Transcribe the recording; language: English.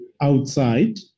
outside